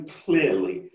clearly